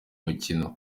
mukino